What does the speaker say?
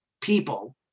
people